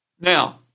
Now